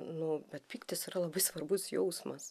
nu bet pyktis yra labai svarbus jausmas